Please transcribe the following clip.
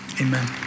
amen